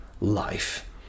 life